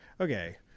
okay